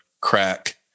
crack